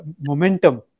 momentum